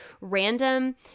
random